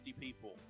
people